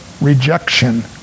rejection